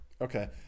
Okay